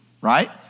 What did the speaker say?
right